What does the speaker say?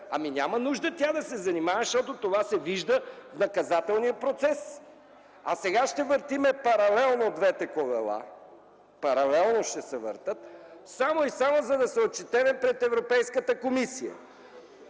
Ами няма нужда тя да се занимава, защото това се вижда в наказателния процес. А сега ще въртим паралелно двете колела, само и само за да се отчетем пред Европейската комисия.